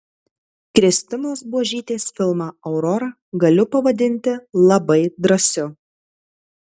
kristinos buožytės filmą aurora galiu pavadinti labai drąsiu